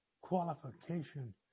qualification